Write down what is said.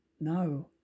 No